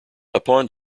upon